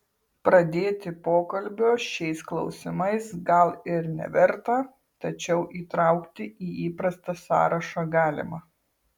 pradėti pokalbio šiais klausimais gal ir neverta tačiau įtraukti į įprastą sąrašą galima